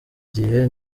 gihe